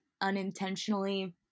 unintentionally